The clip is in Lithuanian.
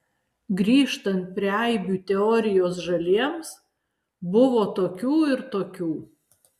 grįžtant prie aibių teorijos žaliems buvo tokių ir tokių